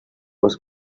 was